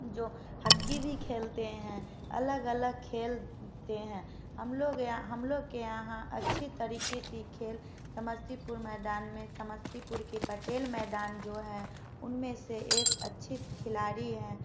जो हक्की भी खेलते है अलग अलग खेल ते है हम लोग यहाँ हम लोग के यहाँ अच्छी तरीके से खेल समस्तीपुर मैदान में समस्तीपुर के पटेल मैदान जो है उनमे से एक अच्छी खिलाड़ी हैं